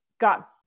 got